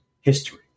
history